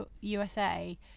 usa